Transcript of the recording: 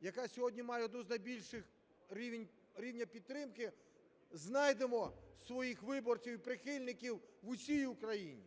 яка сьогодні має один з найбільших рівнів підтримки, знайдемо своїх виборців і прихильників в усій Україні.